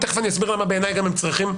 תכף אסביר למה בעיניי הם צריכים,